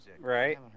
Right